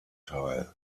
teil